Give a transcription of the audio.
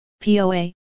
POA